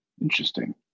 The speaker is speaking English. Interesting